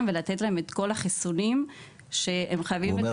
ולתת להם את כל החיסונים שהם חייבים לקבל.